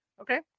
Okay